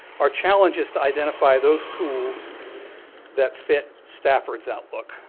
our challenge is to identify those tools that fit stafford's outlook.